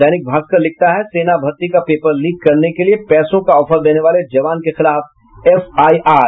दैनिक भास्कर लिखता है सेना भर्ती का पेपर लीक करने के लिए पैसों का ऑफर देने वाले जवान के खिलाफ एफआईआर